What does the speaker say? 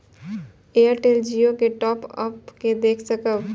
Airtel Jio के top up के देख सकब?